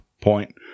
point